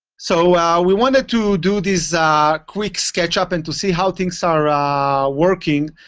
so we wanted to do this ah quick sketch-up and to see how things ah are ah working.